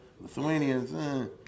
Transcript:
Lithuanians